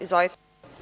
Izvolite.